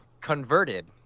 converted